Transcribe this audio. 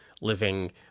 living